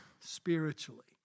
spiritually